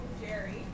Jerry